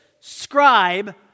scribe